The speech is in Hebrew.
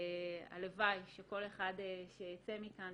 והלוואי שכל אחד שייצא מכאן,